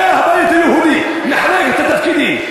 הרי הבית היהודי מחלק את התפקידים.